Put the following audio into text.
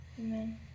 Amen